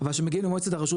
אבל שמגיעים למועצת הרשות,